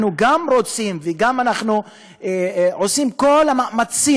אנחנו גם רוצים ועושים את כל המאמצים